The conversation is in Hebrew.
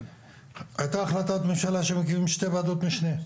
הייתה החלטת ממשלה שמקימים שתי ועדות משנה.